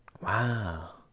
Wow